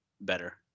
better